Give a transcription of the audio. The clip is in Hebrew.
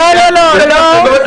לא, לא, לא.